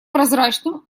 прозрачным